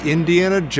Indiana